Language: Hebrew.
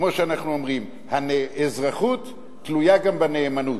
כמו שאנחנו אומרים: האזרחות תלויה גם בנאמנות.